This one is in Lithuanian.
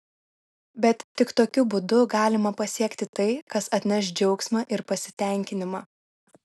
bet tik tokiu būdu galima pasiekti tai kas atneš džiaugsmą ir pasitenkinimą